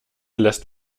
lässt